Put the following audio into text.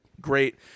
great